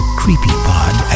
creepypod